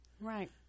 right